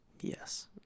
Yes